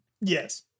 Yes